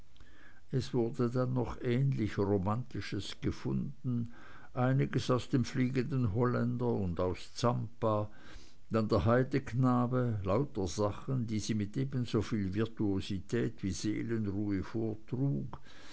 es wurde dann noch ähnlich romantisches gefunden einiges aus dem fliegenden holländer und aus zampa dann der heideknabe lauter sachen die sie mit ebensoviel virtuosität wie seelenruhe vortrug